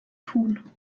tun